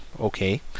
okay